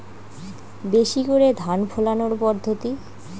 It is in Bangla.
বেশি করে ধান ফলানোর পদ্ধতি?